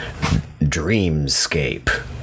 Dreamscape